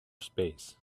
space